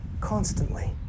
constantly